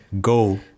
go